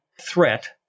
threat